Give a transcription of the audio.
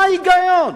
מה ההיגיון?